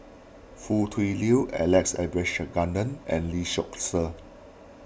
Foo Tui Liew Alex Abisheganaden and Lee Seow Ser